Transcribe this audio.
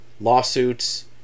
lawsuits